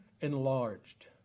enlarged